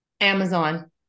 Amazon